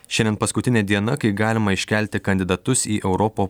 šiandien paskutinė diena kai galima iškelti kandidatus į europo